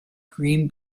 green